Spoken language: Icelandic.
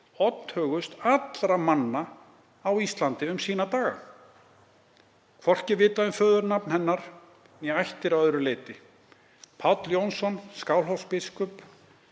„oddhögust allra manna á Íslandi“ um sína daga. Hvorki er vitað um föðurnafn hennar né ættir að öðru leyti. Páll Jónsson Skálholtsbiskup,